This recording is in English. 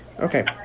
Okay